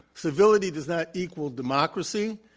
severity does not equal democracy.